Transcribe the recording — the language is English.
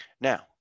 Now